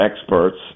experts